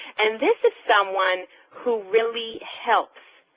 and this is someone who really helps